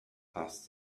asked